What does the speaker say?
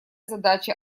задача